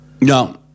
No